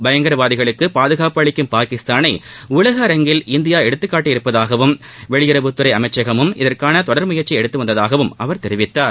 பயங்கரவாதிகளுக்கு பாதுகாப்பளிக்கும் பாகிஸ்தானை உலக அரங்கில் இந்தியா எடுத்துக்காட்டியுள்ளதாகவும் வெளியுறவுத்துறை அமைச்சகமும் இதற்கான தொடர் முயற்சியை எடுத்து வந்ததாகவும் அவர் தெரிவித்தார்